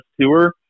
tour